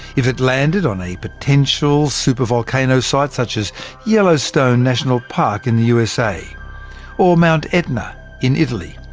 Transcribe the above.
if it landed on a potential super-volcano site such as yellowstone national park in the usa or mt. etna in italy,